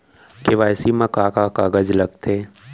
KYC मा का का कागज लगथे?